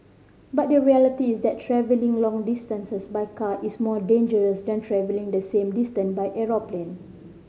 but the reality is that travelling long distances by car is more dangerous than travelling the same distance by aeroplane